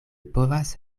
povas